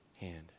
hand